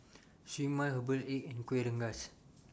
Siew Mai Herbal Egg and Kuih Rengas